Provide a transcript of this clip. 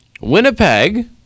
Winnipeg